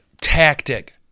tactic